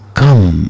come